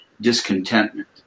discontentment